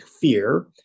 fear